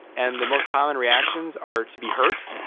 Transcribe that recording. and the most common reactions are to be hurt,